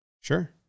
Sure